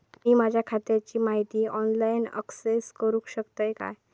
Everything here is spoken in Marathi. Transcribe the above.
मी माझ्या खात्याची माहिती ऑनलाईन अक्सेस करूक शकतय काय?